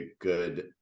good